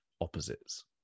opposites